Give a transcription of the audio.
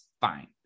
fine